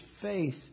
faith